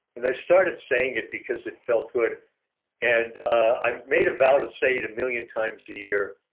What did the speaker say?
and i started saying it because it felt good and i made a vow to say it a million times a year,